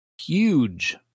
huge